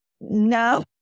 no